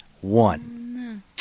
One